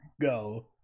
Go